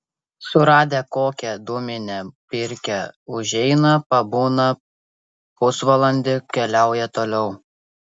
suradę kokią dūminę pirkią užeina pabūna pusvalandį keliauja toliau